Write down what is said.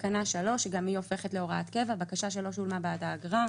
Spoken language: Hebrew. תקנה 3 גם היא הופכת להוראת קבע: בקשה שלא שולמה בעדה אגרה,